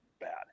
bad